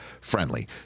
friendly